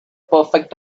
perfect